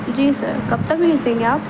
جی sir کب تک بھیج دیں گے آپ